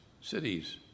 cities